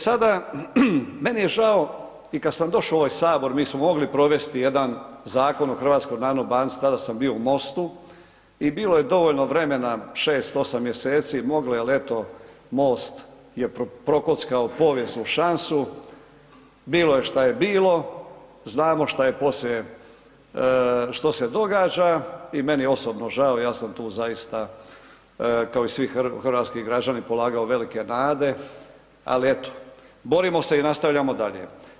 E sada, meni je žao i kad sam došao u ovaj sabor mi smo mogli provesti jedan zakon o HNB-u, tada sam bio u MOST-u i bilo je dovoljno vremena 6-8 mjeseci, moglo je al eto MOST je prokockao povijesnu šansu, bilo je šta je bilo, znamo što je poslije što se događa i meni je osobno žao, ja sam tu zaista kao i svi hrvatski građani polagao velike nade, ali eto borimo se i nastavljamo dalje.